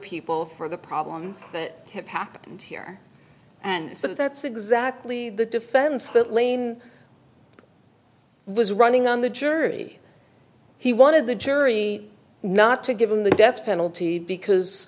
people for the problems that have happened here and so that's exactly the defense that lane was running on the jury he wanted the jury not to give him the death penalty because